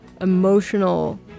emotional